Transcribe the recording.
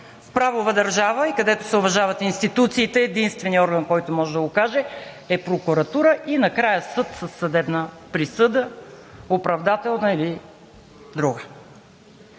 В правова държава и където се уважават институциите, единственият орган, който може да го каже, е прокуратурата и накрая съдът със съдебна присъда, оправдателна или друга.